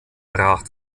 brach